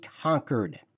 conquered